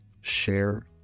share